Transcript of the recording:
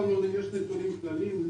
יש נתונים כלליים.